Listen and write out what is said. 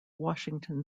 washington